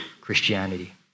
Christianity